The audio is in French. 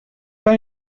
pas